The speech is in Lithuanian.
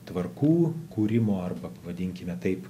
tvarkų kūrimo arba pavadinkime taip